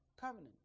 covenant